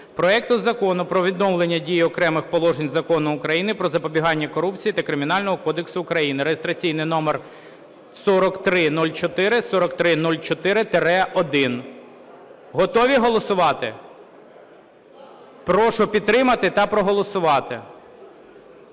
проекту Закону про відновлення дії окремих положень Закону України "Про запобігання корупції" та Кримінального кодексу України (реєстраційний номер 4304, 4304-1). Готові голосувати? Прошу підтримати та проголосувати.